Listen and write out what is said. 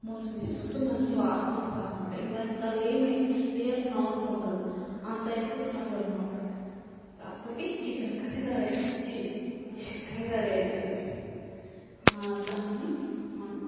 మూత తీసి చూస్తే మంచి వాసన వస్తుంది అనమాట ఇంక ఇంక అందులో ఏమీ వెయ్యాల్సిన అవసరం ఉండదు అంత వేస్తే చాలు అనమాట అప్పడికి చికెన్ కర్రీ రెడీ అయిపో ఛీ ఫిష్ కర్రీ రెడి అవుతుంది దాన్ని మనం